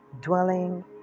dwelling